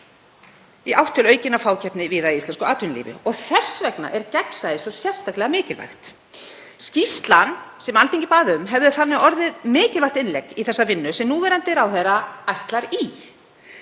í átt til aukinnar fákeppni víða í íslensku atvinnulífi. Þess vegna er gagnsæi sérstaklega mikilvægt. Skýrslan sem Alþingi bað um hefði þannig getað orðið mikilvægt innlegg í þessa vinnu sem núverandi ráðherra ætlar í.